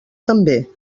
també